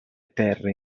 terre